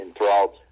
enthralled